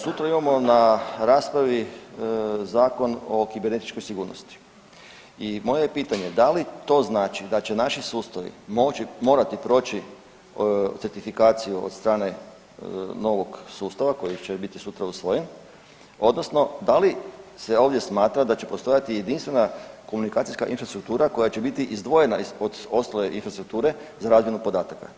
Sutra imamo na raspravi Zakon o kibernetičkoj sigurnosti i moje je pitanje da li to znači da će naši sustavi morati proći certifikaciju od strane novog sustava koji će biti sutra usvojen odnosno da li se ovdje smatra da će postojati jedinstvena komunikacijska infrastruktura koja će biti izdvojena iz ostale infrastrukture za razmjenu podataka.